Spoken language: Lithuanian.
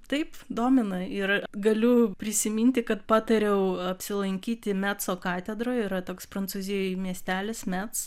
taip domina ir galiu prisiminti kad patariau apsilankyti meco katedroj yra toks prancūzijoj miestelis mec